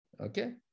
okay